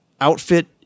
outfit